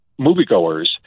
moviegoers